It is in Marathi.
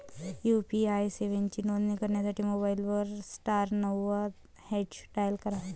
यू.पी.आई सेवांची नोंदणी करण्यासाठी मोबाईलमध्ये स्टार नव्वद हॅच डायल करा